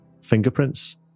fingerprints